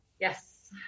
Yes